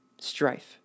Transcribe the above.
strife